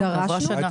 ועברה שנה.